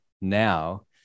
now